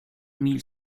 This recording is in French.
mille